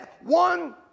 one